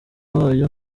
wayo